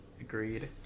agreed